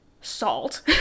salt